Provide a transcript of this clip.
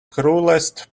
cruellest